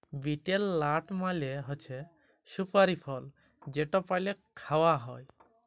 betel nut মালে হছে সুপারি ফল যেট পালে খাউয়া হ্যয়